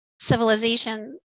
civilization